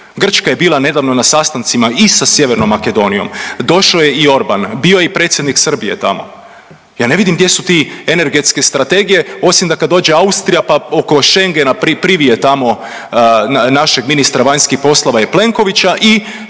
Grčka je bila nedavno na sastancima i sa sjevernom Makedonijom, došao je i Orban, bio je i predsjednik Srbije tamo. Ja ne vidim gdje su te energetske strategije osim da kad dođe Austrija pa oko Schengena privije tamo našeg ministra vanjskih poslova i Plenkovića i